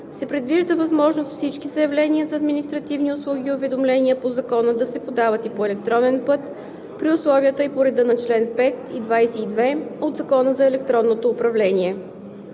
се предвижда възможност всички заявления за административни услуги и уведомления по Закона да се подават и по електронен път при условията и по реда на чл. 5 и 22 от Закона за електронното управление.